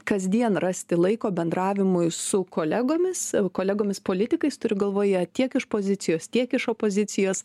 kasdien rasti laiko bendravimui su kolegomis kolegomis politikais turiu galvoje tiek iš pozicijos tiek iš opozicijos